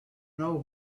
know